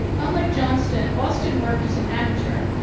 unlike johnston, austen worked as an amateur,